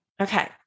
Okay